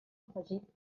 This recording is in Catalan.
afegit